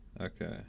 Okay